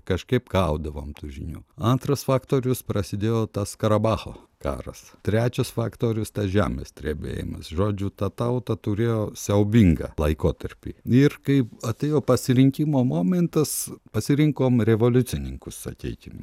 kažkaip gaudavom tų žinių antras faktorius prasidėjo tas karabacho karas trečias faktorius tas žemės drebėjimas žodžiu ta tauta turėjo siaubingą laikotarpį ir kai atėjo pasirinkimo momentas pasirinkom revoliucininkus sakykim